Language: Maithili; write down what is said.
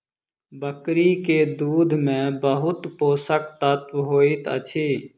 बकरी के दूध में बहुत पोषक तत्व होइत अछि